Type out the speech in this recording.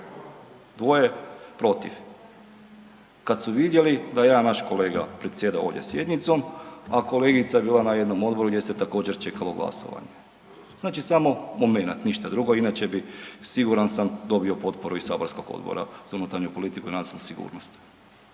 dvoje protiv. Kad su vidjeli da je jedan naš kolega predsjedao ovdje sjednicom, a kolegica je bila na jednom odboru gdje se također čekalo glasovanje. Znači samo momenat ništa drugo, inače bi siguran sam dobio potporu i Saborskog odbora za unutarnju politiku i nacionalnu sigurnost